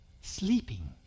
sleeping